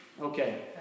Okay